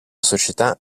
società